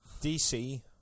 DC